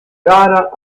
gara